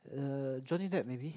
uh Johnny Depp maybe